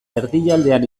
erdialdean